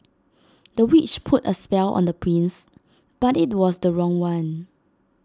the witch put A spell on the prince but IT was the wrong one